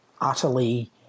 utterly